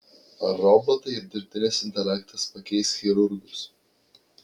ar robotai ir dirbtinis intelektas pakeis chirurgus